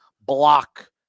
block